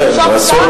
לנשום מותר, כן.